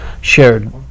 shared